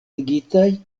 ligitaj